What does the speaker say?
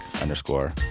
underscore